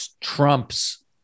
trumps